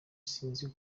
sinzi